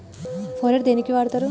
Phorate దేనికి వాడుతరు?